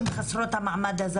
אני חוזרת אחורה לרשות האוכלוסין,